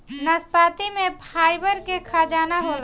नाशपाती में फाइबर के खजाना होला